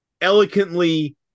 elegantly